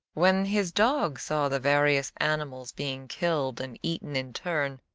when his dogs saw the various animals being killed and eaten in turn,